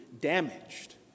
damaged